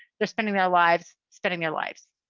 they're spending their lives spending their lives.